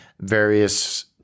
various